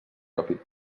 propi